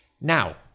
Now